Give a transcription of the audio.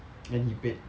and he paid